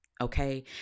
Okay